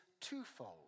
twofold